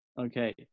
okay